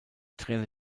trainer